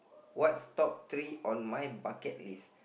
what's top three on my bucket list